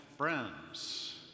Friends